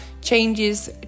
changes